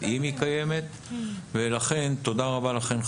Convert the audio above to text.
חברותיי תודה רבה.